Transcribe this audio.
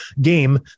game